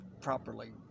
properly